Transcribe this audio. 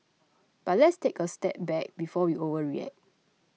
but let's take a step back before we overreact